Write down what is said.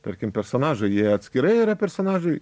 tarkim personažai jie atskirai yra personažai